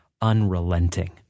unrelenting